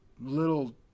little